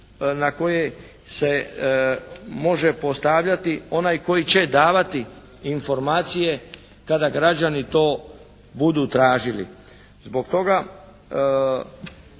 na koji se može postavljati onaj koji će davati informacije kada građani to budu tražili. Zbog toga